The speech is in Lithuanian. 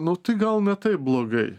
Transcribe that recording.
nu tai gal ne taip blogai